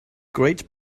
great